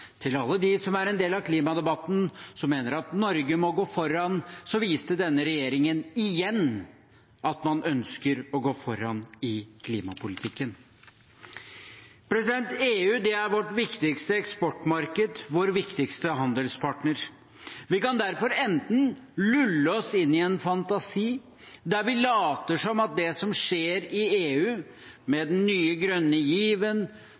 Til alle dem som er en del av klimadebatten og mener at Norge må gå foran, viste denne regjeringen igjen at man ønsker å gå foran i klimapolitikken. EU er vårt viktigste eksportmarked, vår viktigste handelspartner. Vi kan derfor enten lulle oss inn i en fantasi der vi later som at det som skjer i EU, med den nye grønne given